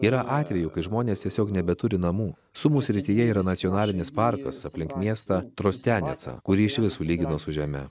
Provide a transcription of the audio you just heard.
yra atvejų kai žmonės tiesiog nebeturi namų sumų srityje yra nacionalinis parkas aplink miestą trostianeca kurį išvis sulygino su žeme